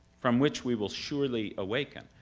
from which we will surely awaken,